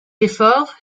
efforts